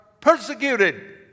persecuted